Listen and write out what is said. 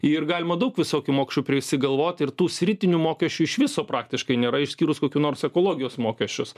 ir galima daug visokių mokesčių prisigalvot ir tų sritinių mokesčių iš viso praktiškai nėra išskyrus kokių nors ekologijos mokesčius